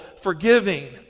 forgiving